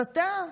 הסתה,